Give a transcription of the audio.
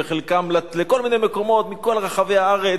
וחלקם לכל כל מיני מקומות בכל רחבי הארץ.